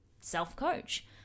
self-coach